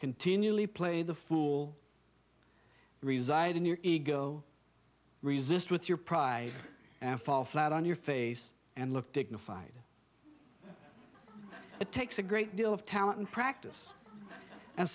continually play the fool reside in your ego resist with your pride and fall flat on your face and look dignified it takes a great deal of talent and practice and